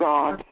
God